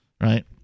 right